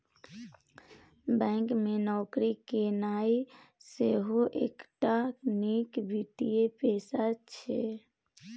bank मे नौकरी केनाइ सेहो एकटा नीक वित्तीय पेशा छै